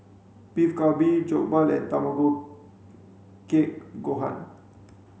Beef Galbi Jokbal and Tamago Kake Gohan